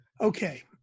Okay